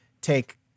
take